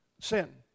sin